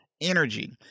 energy